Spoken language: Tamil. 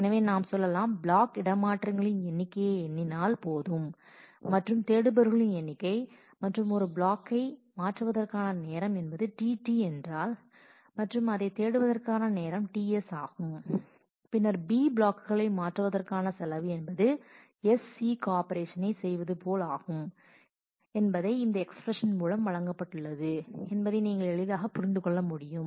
எனவே நாம் சொல்லலாம் ப்ளாக் இடமாற்றங்களின் எண்ணிக்கையை எண்ணினால் போதும் மற்றும் தேடுபவர்களின் எண்ணிக்கை மற்றும் ஒரு ப்ளாக்கை மாற்றுவதற்கான நேரம் என்பது tT என்றால் மற்றும் அதை தேடுவதற்கான நேரம் ts ஆகும் பின்னர் b ப்ளாக்களை மாற்றுவதற்கான செலவு என்பது S சீக் ஆபரேஷனை செய்வது போல் ஆகும் என்பதை இந்த எஸ்பிரஸன் மூலம் வழங்கப்பட்டுள்ளது என்பதை நீங்கள் எளிதாக புரிந்து கொள்ள முடியும்